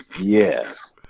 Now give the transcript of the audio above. yes